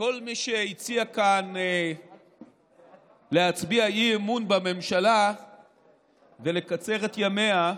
שכל מי שהציע כאן להצביע אי-אמון בממשלה ולקצר את ימיה,